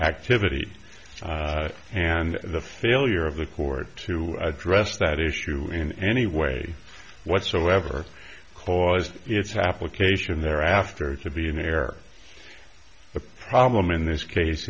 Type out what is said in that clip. activity and the failure of the court to address that issue in any way whatsoever clause its application thereafter to be an air problem in this case